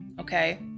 okay